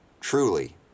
Truly